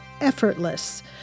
Effortless